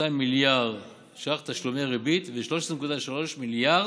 מיליארד ש"ח כתשלומי ריבית ו-13.3 מיליארד,